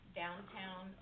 downtown